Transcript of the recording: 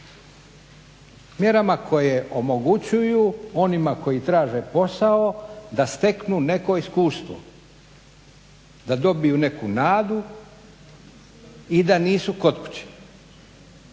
Mjerama koje omogućuju onima koji traže posao da steknu neko iskustvo, da dobiju neku nadu i da nisu kod kuće.